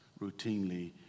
routinely